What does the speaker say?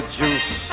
juice